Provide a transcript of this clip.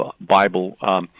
Bible